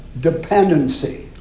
dependency